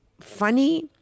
funny